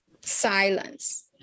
silence